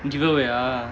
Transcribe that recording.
giveaway ah